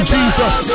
Jesus